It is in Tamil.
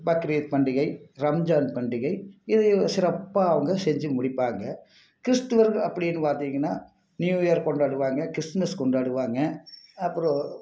பக்ரீத் பண்டிகை ரம்ஜான் பண்டிகை இது சிறப்பாக அவங்க செஞ்சு முடிப்பாங்க கிறிஸ்துவர் அப்படின்னு பார்த்திங்கனா நியூ இயர் கொண்டாடுவாங்க கிறிஸ்மஸ் கொண்டாடுவாங்க அப்புறம்